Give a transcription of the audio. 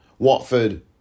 Watford